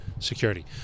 Security